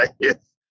yes